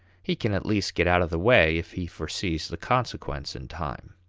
he can at least get out of the way if he foresees the consequence in time.